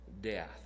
death